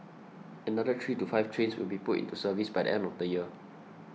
another three to five trains will be put into service by the end of the year